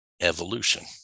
evolution